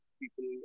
people